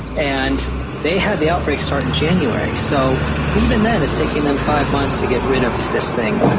and they had the outbreak start in january. so even then, it's taking them five months to get rid of this thing.